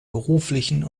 beruflichen